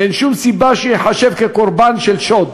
ואין שום סיבה שייחשב לקורבן של שוד.